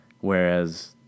Whereas